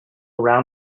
round